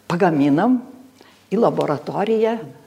pagaminam į laboratoriją